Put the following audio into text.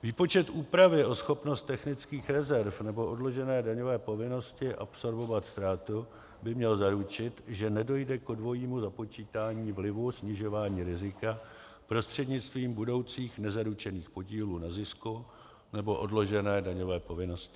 Výpočet úpravy o schopnost technických rezerv nebo odložené daňové povinnosti absorbovat ztrátu by měl zaručit, že nedojde ke dvojímu započítání vlivu snižování rizika prostřednictvím nezaručených podílů na zisku nebo odložené daňové povinnosti.